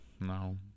no